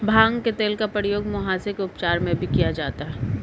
भांग के तेल का प्रयोग मुहासे के उपचार में भी किया जाता है